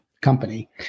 company